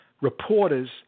reporters